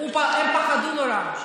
הם פחדו נורא,